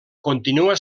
continua